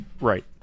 Right